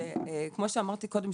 כמו שאמרתי קודם,